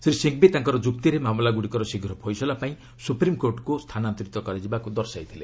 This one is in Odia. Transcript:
ଶ୍ରୀ ସିଙ୍ଗ୍ବି ତାଙ୍କର ଯୁକ୍ତିରେ ମାମଲାଗୁଡ଼ିକର ଶୀଘ୍ର ଫଇସଲା ପାଇଁ ସୁପ୍ରିମ୍କୋର୍ଟକୁ ସ୍ଥାନାନ୍ତରିତ କରିବାପାଇଁ ଦର୍ଶାଇଥିଲେ